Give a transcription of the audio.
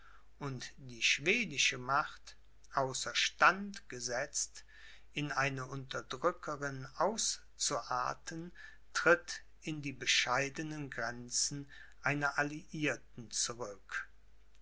und die schwedische macht außer stand gesetzt in eine unterdrückerin auszuarten tritt in die bescheidenen grenzen einer alliierten zurück